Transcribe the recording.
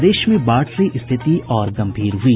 प्रदेश में बाढ़ से स्थिति और गंभीर हुई